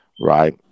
right